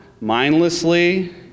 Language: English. mindlessly